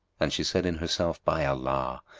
and she said in herself, by allah!